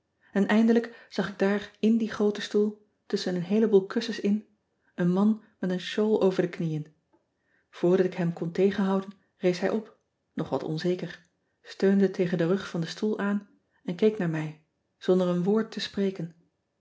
n eindelijk zag ik daar in dien grooten stoel tusschen een heeleboel kussens in een man met een shawl over de knieën oordat ik hem kon tegenhouden rees hij op nog wat onzeker steunde tegen den rug van de stoel aan een keek naar mij zonder een woord te spreken